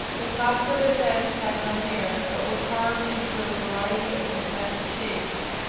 the tops of their heads had no hair, but were carved into a variety of fantastic shapes,